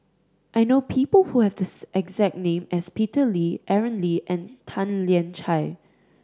I know people who have this exact name as Peter Lee Aaron Lee and Tan Lian Chye